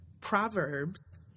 Proverbs